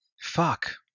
Fuck